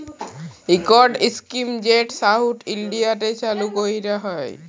ইকট ইস্কিম যেট সাউথ ইলডিয়াতে চালু ক্যরা হ্যয়